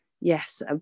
yes